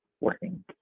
working